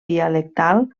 dialectal